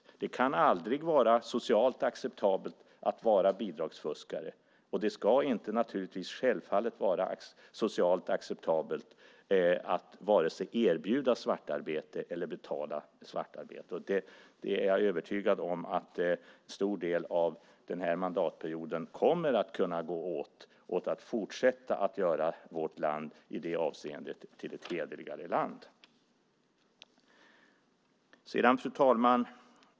Det kan aldrig vara socialt acceptabelt att vara bidragsfuskare, och det ska självfallet inte vara socialt acceptabelt att vare sig erbjuda svartarbete eller betala svartarbete. Jag är övertygad om att en stor del av den här mandatperioden kommer att kunna gå åt till att fortsätta göra vårt land till ett i det avseendet hederligare land. Fru talman!